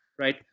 right